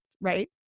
right